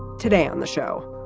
today on the show,